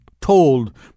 told